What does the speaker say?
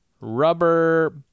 Rubber